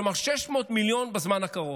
כלומר 600 מיליון בזמן הקרוב.